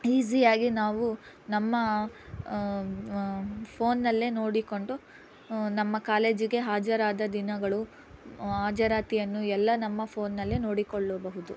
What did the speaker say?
ಈಸಿಯಾಗಿ ನಾವು ನಮ್ಮ ಫೋನ್ನಲ್ಲೇ ನೋಡಿಕೊಂಡು ನಮ್ಮ ಕಾಲೇಜಿಗೆ ಹಾಜರಾದ ದಿನಗಳು ಹಾಜರಾತಿಯನ್ನು ಎಲ್ಲ ನಮ್ಮ ಫೋನ್ನಲ್ಲೇ ನೋಡಿಕೊಳ್ಳಬಹುದು